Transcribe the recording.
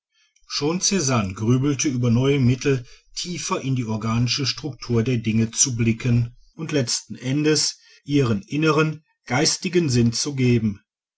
schon czanne grübelte über neue mittel tiefer in die organische struktur der dinge zu blicken und letzten endes ihren inneren geistigen sinn zu geben